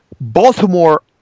Baltimore